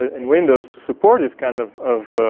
ah in windows to support this kind of of